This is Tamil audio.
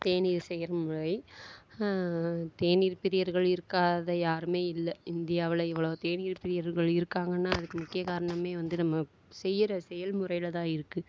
தேநீர் செய்கிற முறை தேநீர் பிரியர்கள் இருக்காத யாருமே இல்லை இந்தியாவில் எவ்வளோ தேநீர் பிரியர்கள் இருக்காங்கன்னா அதுக்கு முக்கிய காரணமே வந்து நம்ம செய்கிற செயல்முறையில் தான் இருக்குது